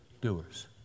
Doers